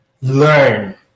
learn